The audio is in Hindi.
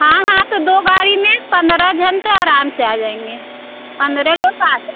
हाँ हाँ तो दो गाड़ी में पन्द्रह जन तो आराम से आ जाएँगे पन्द्रह लोग आत